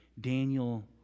Daniel